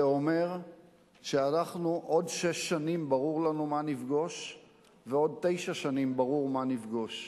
זה אומר שבעוד שש שנים ברור לנו מה נפגוש ובעוד תשע שנים ברור מה נפגוש.